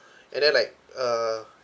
and then like uh